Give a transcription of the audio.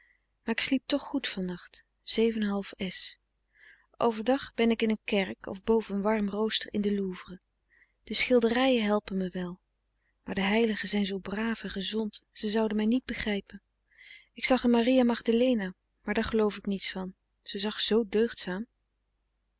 maar ik sliep toch goed van nacht verdag ben ik in een kerk of boven een warm rooster in de louvre de schilderijen helpen me wel maar de heiligen zijn zoo braaf en gezond ze zouden mij niet begrijpen ik zag een maria magdalena maar daar geloof ik niets van ze zag zoo deugdzaam